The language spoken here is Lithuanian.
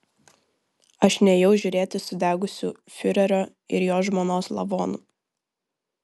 aš nėjau žiūrėti sudegusių fiurerio ir jo žmonos lavonų